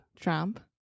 Trump